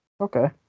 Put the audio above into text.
Okay